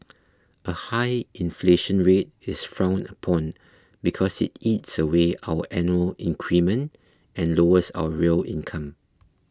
a high inflation rate is frowned upon because it eats away our annual increment and lowers our real income